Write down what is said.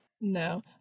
no